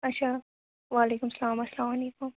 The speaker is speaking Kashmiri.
اَچھا وعلیکُم سَلام اَسلام علیکُم